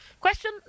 question